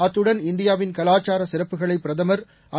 அத்துடன் இந்தியாவின் கலாச்சார சிறப்புகளை பிரதமர் ஐ